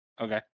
Okay